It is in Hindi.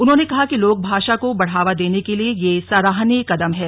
उन्होंने कहा कि लोक भाषा को बढ़ावा देने के लिए यह सराहनीय कदम है